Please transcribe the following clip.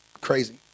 crazy